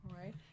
Right